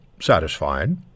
satisfied